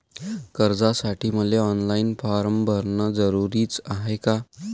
कर्जासाठी मले online form भरन जरुरीच हाय का?